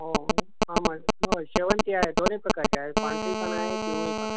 हो आ मग हो शेवंती आहे दोन्ही प्रकारची आहे पांढरीपण आहे पिवळीपण आहे